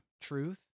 truth